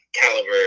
caliber